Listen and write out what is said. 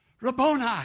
Rabboni